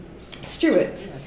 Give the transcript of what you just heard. Stewart